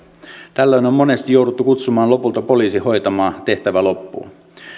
tällöin on monesti jouduttu kutsumaan lopulta poliisi hoitamaan tehtävä loppuun